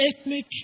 ethnic